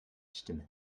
stimme